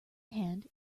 hand